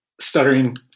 stuttering